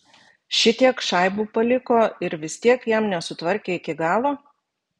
šitiek šaibų paliko ir vis tiek jam nesutvarkė iki galo